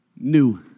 new